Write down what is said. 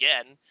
again